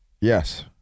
Yes